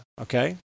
Okay